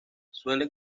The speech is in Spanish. suele